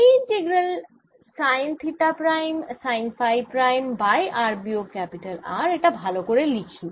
এই integral sine theta prime sine phi prime by r বিয়োগ R এটা ভাল করে লিখি